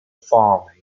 farming